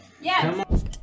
Yes